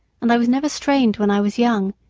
and i was never strained when i was young,